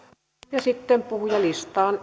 ja sitten puhujalistaan